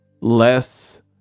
less